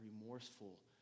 remorseful